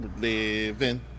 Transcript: living